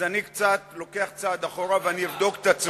אז אני קצת לוקח צעד אחורה ואני אבדוק את עצמי,